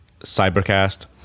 cybercast